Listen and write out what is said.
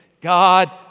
God